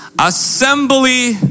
Assembly